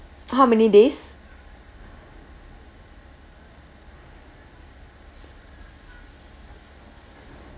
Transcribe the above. how many days